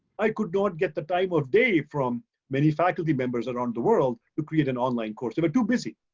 i could not get the time of day from many faculty members around the world, to create an online course. they were too busy.